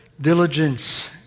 Diligence